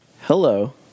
hello